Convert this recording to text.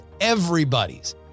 everybody's